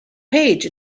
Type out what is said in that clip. page